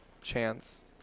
chance